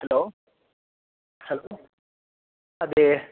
hello hello അതെ